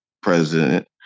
president